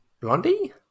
Blondie